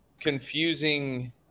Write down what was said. confusing